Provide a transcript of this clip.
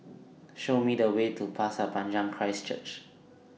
Show Me The Way to Pasir Panjang Christ Church